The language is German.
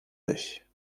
dich